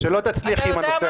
לא,